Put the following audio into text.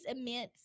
immense